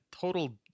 total